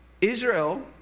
Israel